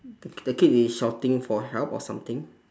the k~ the kid is shouting for help or something